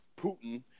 Putin